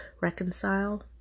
reconcile